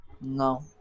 No